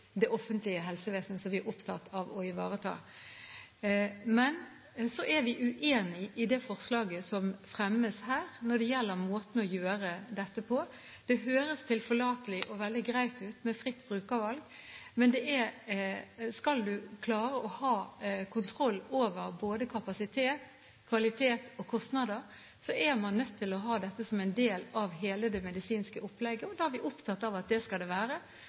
det offentlige helsevesenet, som vi er opptatt av å ivareta. Men vi er uenig i det forslaget som fremmes her, når det gjelder måten å gjøre dette på. Det høres tilforlatelig og veldig greit ut med fritt brukervalg, men skal du klare å ha kontroll over både kapasitet, kvalitet og kostnader, er man nødt til å ha dette som en del av hele det medisinske opplegget, og da er vi opptatt av at det skal det være,